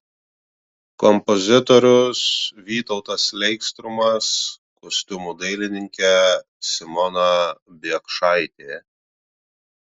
kompozitorius vytautas leistrumas kostiumų dailininkė simona biekšaitė